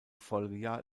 folgejahr